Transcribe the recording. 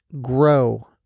grow